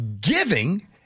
giving